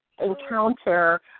encounter